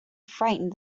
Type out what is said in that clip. frightened